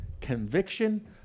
conviction